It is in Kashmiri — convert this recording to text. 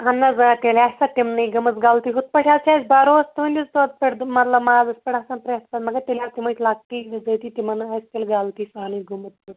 اہن حظ آ تیٚلہِ آسہِ سۄ تِمنٕے گٔمٕژ غلطی ہُتھ پٲٹھۍ حظ چھِ اسہِ بھَروس تُہنٛدس ہۄتھ پٮ۪ٹھ مطلب مازس پٮ۪ٹھ آسان پرٮ۪تھ ساتہٕ مگر تیٚلہِ حظ تِم ٲسۍ لکٹِے بِذٲتی تِمن آسہِ تیٚلہِ غلطی سانٕے گوٚمُت سُہ